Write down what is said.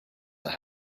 that